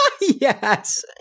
Yes